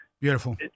Beautiful